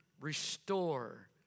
restore